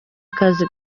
akazi